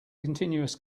continuous